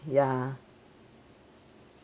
ya